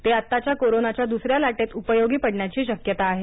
ते आत्ताच्या कोरोनाच्या द्सऱ्या लाटेत उपयोगी पडण्याची शक्यता आहे